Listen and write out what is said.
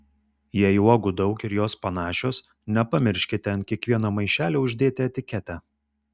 jei uogų daug ir jos panašios nepamirškite ant kiekvieno maišelio uždėti etiketę